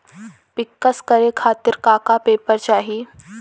पिक्कस करे खातिर का का पेपर चाही?